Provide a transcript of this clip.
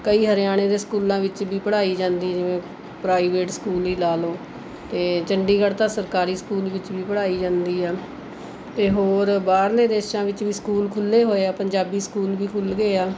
ਕਈ ਹਰਿਆਣੇ ਦੇ ਸਕੂਲਾਂ ਵਿੱਚ ਵੀ ਪੜ੍ਹਾਈ ਜਾਂਦੀ ਹੈ ਜਿਵੇਂ ਪ੍ਰਾਈਵੇਟ ਸਕੂਲ ਈ ਲਾ ਲਓ ਅਤੇ ਚੰਡੀਗੜ੍ਹ ਤਾਂ ਸਰਕਾਰੀ ਸਕੂਲ ਵਿੱਚ ਵੀ ਪੜ੍ਹਾਈ ਜਾਂਦੀ ਆ ਅਤੇ ਹੋਰ ਬਾਹਰਲੇ ਦੇਸ਼ਾਂ ਵਿੱਚ ਵੀ ਸਕੂਲ ਖੁੱਲ੍ਹੇ ਹੋਏ ਆ ਪੰਜਾਬੀ ਸਕੂਲ ਵੀ ਖੁੱਲ੍ਹ ਗਏ ਆ